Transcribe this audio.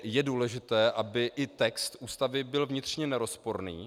Je důležité, aby i text Ústavy byl vnitřně nerozporný.